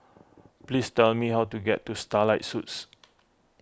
please tell me how to get to Starlight Suites